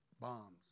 bombs